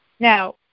Now